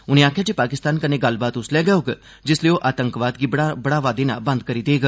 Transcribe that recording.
उनें आखेआ जे पाकिस्तान कन्नै गल्लबात उसलै गै होग जिसलै ओह् आतंकवाद गी बढ़ावा देना बंद करी देग